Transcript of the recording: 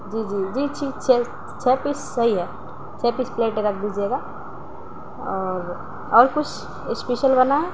جی جی جی چھ چھ پیس صحیح ہے چھ پیس پلیٹ رکھ دیجیے گا اور اور کچھ اسپیشل بنا ہے